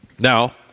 Now